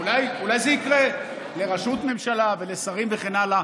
אולי זה יקרה, לראשות ממשלה ולשרים וכן הלאה,